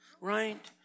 Right